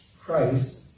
Christ